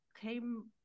came